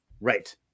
Right